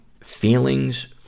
feelings